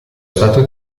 stato